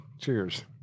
Cheers